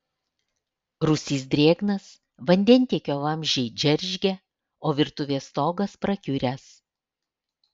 rūsys drėgnas vandentiekio vamzdžiai džeržgia o virtuvės stogas prakiuręs